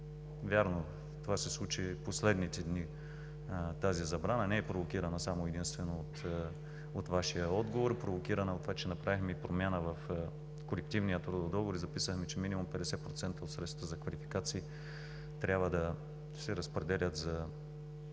Вярно, тази забрана се случи последните дни, но не е провокирана само и единствено от Вашия отговор. Провокирана е от това, че направихме промяна в колективния трудов договор и записахме, че минимум 50% от средствата за квалификации трябва да се разпределят за